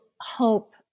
hope